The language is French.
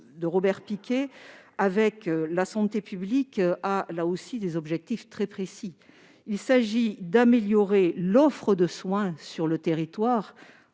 Robert-Picqué, avec la santé publique vise, lui aussi, des objectifs très précis. Il s'agit d'améliorer l'offre de soins sur le territoire